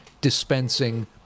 dispensing